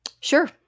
Sure